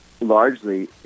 largely